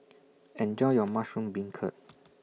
Enjoy your Mushroom Beancurd